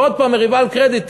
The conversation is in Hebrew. ועוד הפעם מריבה על קרדיטים.